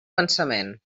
pensament